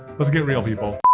let's get real people.